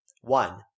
One